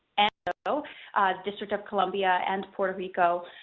and so district of columbia and puerto rico,